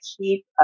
keep